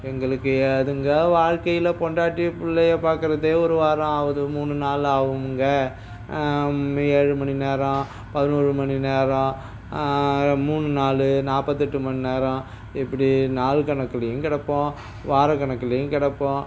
எங்களுக்கு ஏதுங்க வாழ்க்கையில் பொண்டாட்டி பிள்ளையை பார்க்கறதே ஒரு வாரம் ஆகுது மூணு நாள் ஆகுமுங்க ஏழு மணி நேரம் பதினோறு மணி நேரம் மூணு நாள் நாற்பத்தெட்டு மணி நேரம் இப்படி நாள் கணக்குலயும் கிடப்போம் வாரக் கணக்குலயும் கிடப்போம்